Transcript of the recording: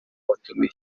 watumiye